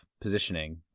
positioning